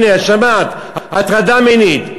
הנה, שמעת, הטרדה מינית.